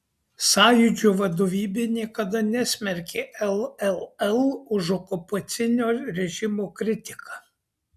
sąjūdžio vadovybė niekada nesmerkė lll už okupacinio režimo kritiką